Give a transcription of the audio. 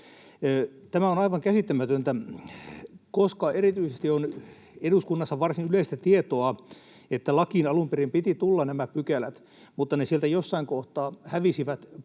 Tämä on aivan käsittämätöntä, koska erityisesti eduskunnassa on varsin yleistä tietoa, että lakiin alun perin piti tulla nämä pykälät, mutta ne sieltä jossain kohtaa hävisivät